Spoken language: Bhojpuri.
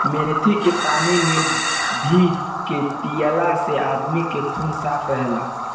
मेथी के पानी में भे के पियला से आदमी के खून साफ़ रहेला